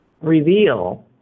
reveal